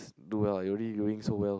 do well lah you already doing so well